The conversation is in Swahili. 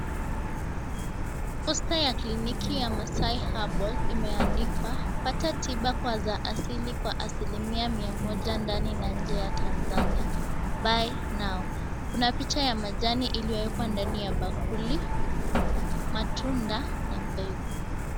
Posta ya kliniki ya Maasai herbal imeandikwa, "Pata tiba kwa za asili kwa asilimia mia moja ndani na nje ya Tanzania, Buy Now." Kuna picha ya majani iliyoekwa ndani ya bakuli, matunda, na mbegu.